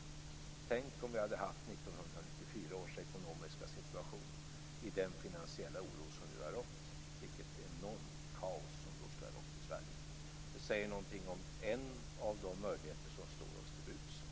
Tänk om vi hade haft 1994 års ekonomiska situation i den finansiella oro som nu har rått. Vilket enormt kaos som då skulle ha rått i Sverige. Det säger någonting om en av de möjligheter som står oss till buds.